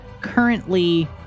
currently